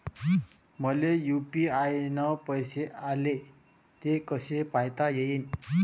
मले यू.पी.आय न पैसे आले, ते कसे पायता येईन?